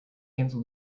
cancel